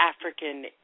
African